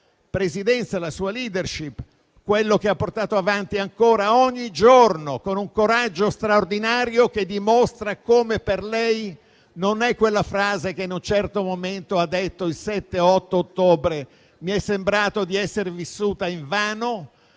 la sua *leadership*, quanto ha portato avanti ogni giorno, con un coraggio straordinario che dimostra come per lei non è quella frase che in un certo momento ha pronunciato il 7 o l'8 ottobre (mi è sembrato di essere vissuta invano).